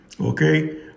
okay